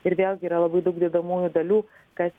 ir vėlgi yra labai daug dedamųjų dalių kas